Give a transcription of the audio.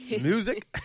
Music